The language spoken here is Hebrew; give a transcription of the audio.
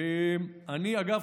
אגב,